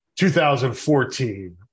2014